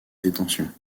détention